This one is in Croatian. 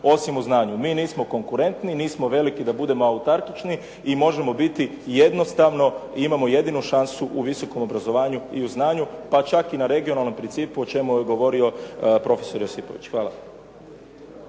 osim u znanju. Mi nismo konkurentni, nismo veliki da budemo autartični i možemo biti jednostavno i imamo jedinu šansu u visokom obrazovanju i u znanju, pa čak i na regionalnom principu o čemu je govorio profesor Josipović. Hvala.